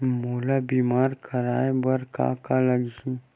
मोला बीमा कराये बर का का लगही?